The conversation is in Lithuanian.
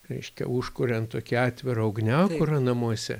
reiškia užkuriant tokį atvirą ugniakurą namuose